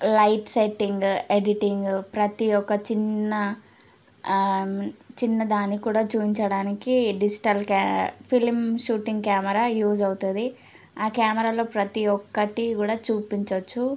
light setting editing ప్రతి ఒక్క చిన్న చిన్నదానికి కూడా చూయించడానికి digital film shooting camera use అవుతుంది ఆ కెమెరాలో ప్రతి ఒక్కటి కూడా చూపించవచ్చు